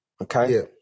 okay